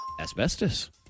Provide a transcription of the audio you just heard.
asbestos